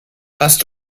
hast